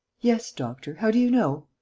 yes, doctor. how do you know?